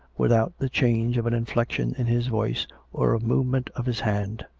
without the change of an inflection in his voice or a movement of his hand.